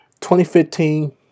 2015